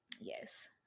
yes